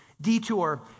detour